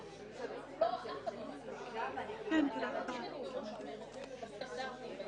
גם אותו גוף מרכזי שאנחנו מדברים עליו במשרדים עצמם,